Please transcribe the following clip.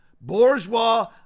bourgeois